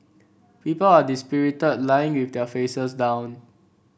people are dispirited lying with their faces down